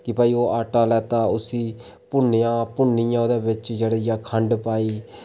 कि भाई ओह् आटा लैता उसी भुन्नेआ भुन्नियै ओह्दे बिच जेह्ड़ी ऐ खंड पाई